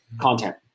content